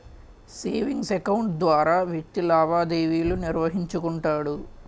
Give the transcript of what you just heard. savings account ద్వారా వ్యక్తి లావాదేవీలు నిర్వహించుకుంటాడు